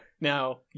Now